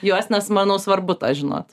juos nes manau svarbu tą žinot